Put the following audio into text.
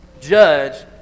judge